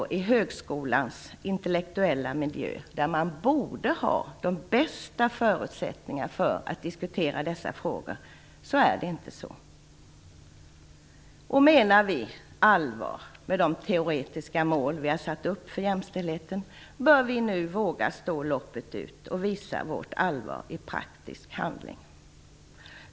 I högskolans intellektuella miljö borde man ändå ha de bästa förutsättningar att diskutera dessa frågor, men så är det inte. Menar vi allvar med de teoretiska mål vi har satt upp för jämställdheten, bör vi nu våga stå loppet ut och visa vårt allvar i praktisk handling.